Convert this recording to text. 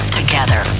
together